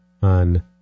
on